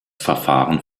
verfahren